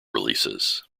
releases